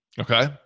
Okay